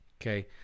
Okay